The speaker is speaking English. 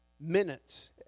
Minutes